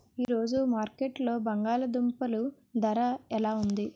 ఈ రోజు మార్కెట్లో బంగాళ దుంపలు ధర ఎలా ఉంది?